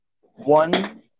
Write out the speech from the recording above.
one